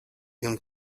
him